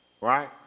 Right